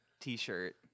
t-shirt